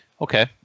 Okay